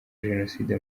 jenoside